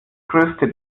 größte